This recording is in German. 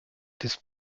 des